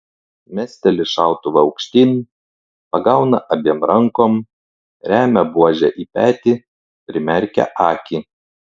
mesteli šautuvą aukštyn pagauna abiem rankom remia buožę į petį primerkia akį